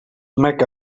mecca